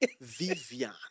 Vivian